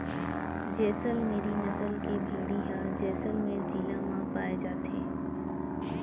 जैसल मेरी नसल के भेड़ी ह जैसलमेर जिला म पाए जाथे